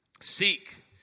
Seek